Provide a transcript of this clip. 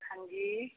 ਹਾਂਜੀ